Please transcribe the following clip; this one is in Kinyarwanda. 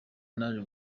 naje